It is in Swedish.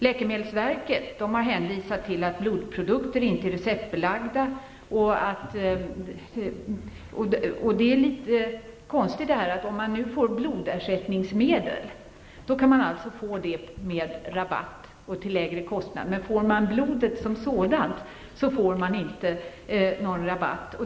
Läkemedelsverket har hänvisat till att blodprodukter inte är receptbelagda. Det hela är litet konstigt. Om man får blodersättningsmedel kan man alltså få en rabatt, men om man får blodet som sådant, får man ingen rabatt.